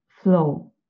flow